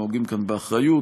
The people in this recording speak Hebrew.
נוהגים כאן באחריות,